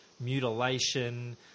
mutilation